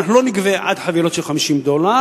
אנחנו לא נגבה על חבילות של עד 50 דולר,